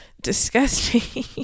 disgusting